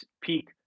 peak